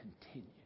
continue